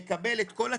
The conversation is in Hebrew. לקבל את כל התיק.